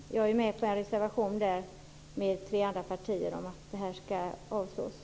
Miljöpartiet är med på en reservation tillsammans med tre andra partier om att detta skall avskaffas.